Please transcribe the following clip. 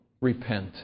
Repent